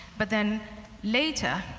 but then later,